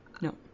No